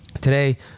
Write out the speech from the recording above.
today